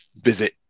visit